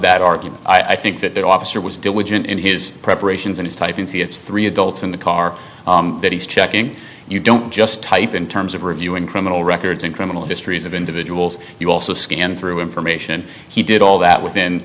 that argument i think that that officer was diligent in his preparations and is typing see if three adults in the car that he's checking you don't just type in terms of reviewing criminal records and criminal histories of individuals you also scanned through information he did all that within